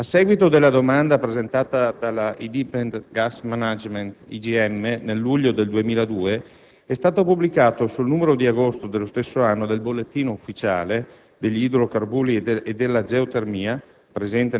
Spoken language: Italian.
A seguito della domanda presentata dalla Indipendent Gas Management (IGM), nel luglio 2002, è stato pubblicato sul numero di agosto dello stesso anno del "Bollettino ufficiale degli Idrocarburi e della Geotermia",